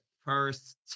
first